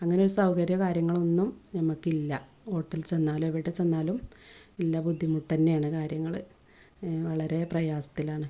അങ്ങനെയൊരു സൗകര്യവും കാര്യങ്ങളൊ ഒന്നും നമുക്കില്ല ഹോട്ടലിൽ ചെന്നാലോ എവിടെ ചെന്നാലും ഇല്ല ബുദ്ധിമുട്ട് തന്നെയാണ് കാര്യങ്ങൾ വളരെ പ്രയാസത്തിലാണ്